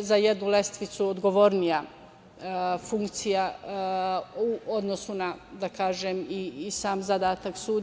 za jednu lestvicu odgovornija funkcija u odnosu na sam zadatak sudija.